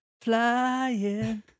flying